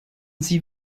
sie